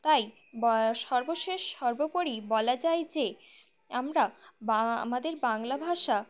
তাই বা সর্বশেষ সর্বোপরি বলা যায় যে আমরা বা আমাদের বাংলা ভাষা